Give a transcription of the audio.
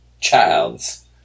Childs